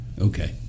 Okay